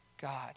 God